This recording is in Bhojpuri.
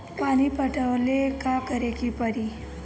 पानी पटावेला का करे के परी?